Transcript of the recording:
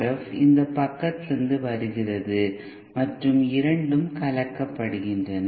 F இந்த பக்கத்திலிருந்து வருகிறது மற்றும் இரண்டும் கலக்கப்படுகின்றன